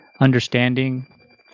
Understanding